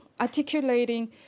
articulating